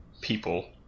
people